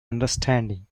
understanding